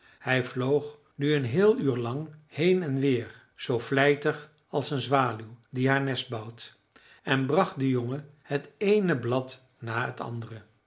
hij vloog nu een heel uur lang heen en weer zoo vlijtig als een zwaluw die haar nest bouwt en bracht den jongen het eene blad na het andere